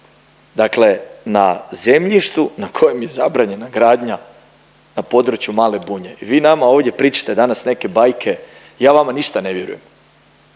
Dakle, na zemljištu na kojem je zabranjena gradnja na području Male Bunje. I vi nama ovdje pričate danas neke bajke. Ja vama ništa ne vjerujem!